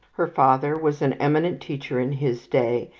her father was an eminent teacher in his day,